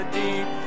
deep